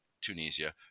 Tunisia